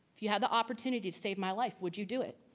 if you had the opportunity to save my life, would you do it?